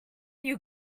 you